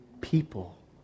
people